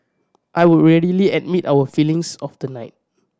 I would readily admit our failings of the night